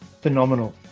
Phenomenal